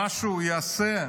מה שהוא יעשה,